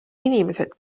inimesed